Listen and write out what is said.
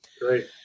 great